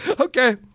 Okay